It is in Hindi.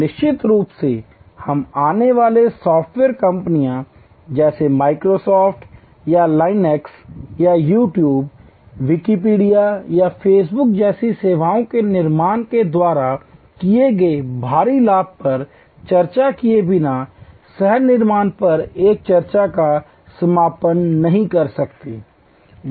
और निश्चित रूप से हम आने वाले सॉफ़्टवेयर कंपनियों जैसे Microsoft या लिनक्स या YouTube विकिपीडिया या फ़ेसबुक जैसी सेवाओं के निर्माण के द्वारा किए गए भारी लाभ पर चर्चा किए बिना सह निर्माण पर एक चर्चा का समापन नहीं कर सकते हैं